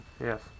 Yes